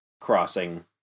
crossing